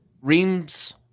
Reams